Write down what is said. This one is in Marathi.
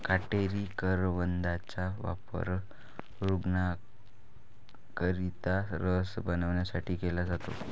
काटेरी करवंदाचा वापर रूग्णांकरिता रस बनवण्यासाठी केला जातो